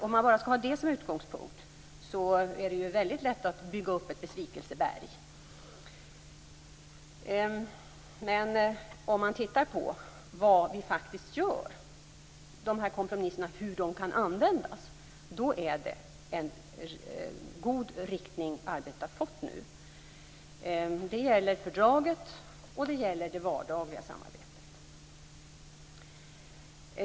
Om man bara skall ha det som utgångspunkt är det väldigt lätt att bygga upp ett besvikelseberg. Om man tittar på vad vi faktiskt gör, och hur kompromisserna kan användas, har arbetet nu fått en god riktning. Det gäller fördraget, och det gäller det vardagliga samarbetet.